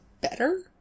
better